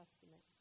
Testament